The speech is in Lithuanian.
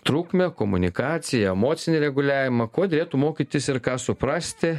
trukmę komunikaciją emocinį reguliavimą ko derėtų mokytis ir ką suprasti